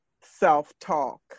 Self-talk